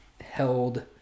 held